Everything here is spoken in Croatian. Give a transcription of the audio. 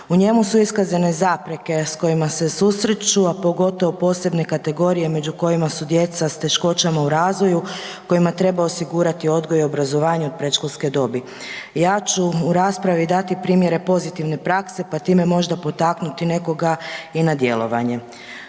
U njemu su iskazane zapreke s kojima se susreću, a pogotovo posebne kategorije među kojima su djeca s teškoćama u razvoju, kojima treba osigurati odgoj i obrazovanje od predškolske dobi. Ja ću u raspravi dati primjere pozitivne prakse, pa time možda potaknuti nekoga i na djelovanje.